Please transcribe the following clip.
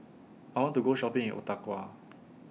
I want to Go Shopping in Ottawa